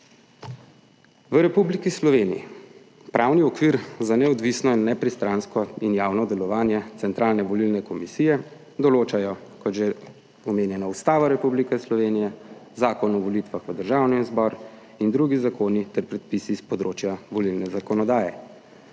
V Republiki Sloveniji pravni okvir za neodvisno in nepristransko in javno delovanje Centralne volilne komisije določajo, kot že omenjena Ustava Republike Slovenije, Zakon o volitvah v Državni zbor in drugi zakoni ter predpisi s področja volilne zakonodaje.